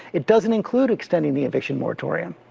it doesn't include extending the eviction moratorium.